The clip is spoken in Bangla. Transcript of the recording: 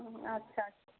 হুম আচ্ছা আচ্ছা